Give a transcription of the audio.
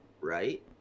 Right